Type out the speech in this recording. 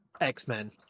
x-men